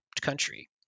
country